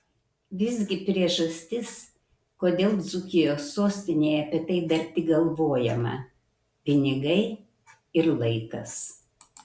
visgi priežastis kodėl dzūkijos sostinėje apie tai dar tik galvojama pinigai ir laikas